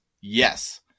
yes